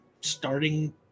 starting